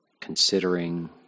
considering